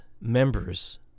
members